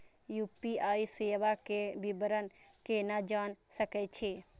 UPI सेवा के विवरण केना जान सके छी?